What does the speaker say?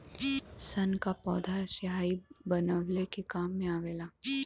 सन क पौधा स्याही बनवले के काम मे आवेला